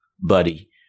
buddy